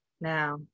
now